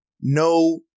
no